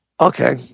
okay